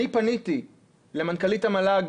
אני פניתי למנכ"לית המל"ג,